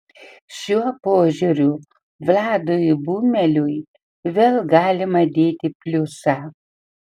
šiuo požiūriu vladui bumeliui vėl galima dėti pliusą